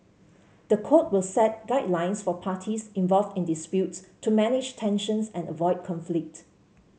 the code will set guidelines for parties involved in disputes to manage tensions and avoid conflict